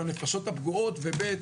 לנפשות הפגועות וב.